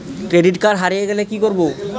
Credit card হারিয়ে গেলে কি করব?